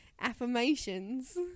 affirmations